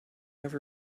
ever